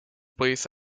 place